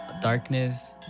darkness